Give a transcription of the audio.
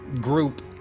group